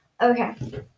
Okay